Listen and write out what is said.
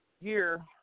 Year